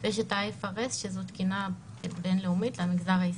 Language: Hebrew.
יש את ה-FRS שזאת תקינה בין-לאומית למגזר העסקי.